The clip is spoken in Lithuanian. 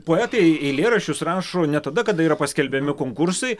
poetai eilėraščius rašo ne tada kada yra paskelbiami konkursai